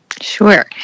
Sure